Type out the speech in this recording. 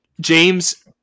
James